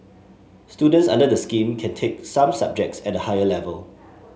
students under the scheme can take some subjects at a higher level